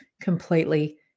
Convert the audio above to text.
completely